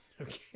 Okay